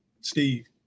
Steve